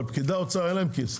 אבל לפקידי האוצר אין כיס.